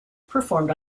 performed